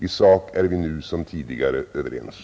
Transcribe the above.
I sak är vi nu som tidigare överens.